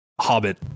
Hobbit